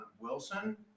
Wilson